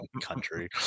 country